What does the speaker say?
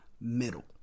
middle